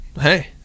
hey